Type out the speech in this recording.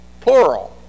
plural